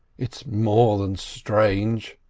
it's more than strange.